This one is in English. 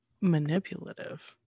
manipulative